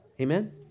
Amen